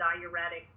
diuretic